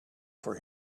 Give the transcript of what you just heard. for